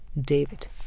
David